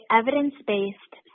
evidence-based